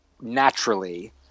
naturally